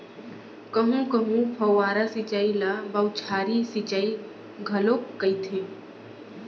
कहूँ कहूँ फव्वारा सिंचई ल बउछारी सिंचई घलोक कहिथे